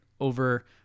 over